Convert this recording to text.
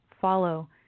follow